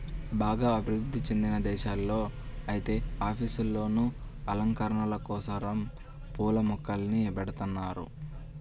బాగా అభివృధ్ధి చెందిన దేశాల్లో ఐతే ఆఫీసుల్లోనే అలంకరణల కోసరం పూల మొక్కల్ని బెడతన్నారు